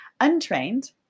untrained